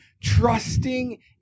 trusting